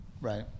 right